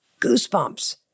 goosebumps